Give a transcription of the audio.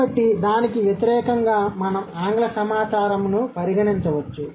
కాబట్టి దానికి వ్యతిరేకంగా మనం ఆంగ్ల సమాచారంను పరిగణించవచ్చు